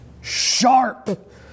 sharp